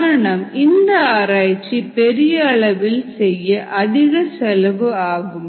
காரணம் இந்த ஆராய்ச்சி பெரிய அளவில் செய்ய அதிக விலை ஆகும்